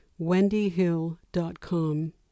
wendyhill.com